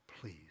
please